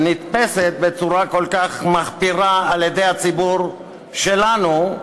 שנתפסת בצורה כל כך מחפירה על-ידי הציבור שלנו,